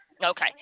Okay